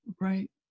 Right